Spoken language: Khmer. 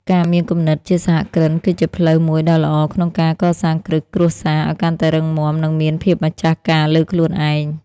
ការមានគំនិតជាសហគ្រិនគឺជាផ្លូវមួយដ៏ល្អក្នុងការកសាងគ្រឹះគ្រួសារឱ្យកាន់តែរឹងមាំ និងមានភាពម្ចាស់ការលើខ្លួនឯង។